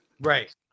right